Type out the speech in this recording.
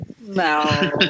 no